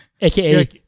aka